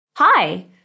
Hi